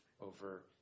over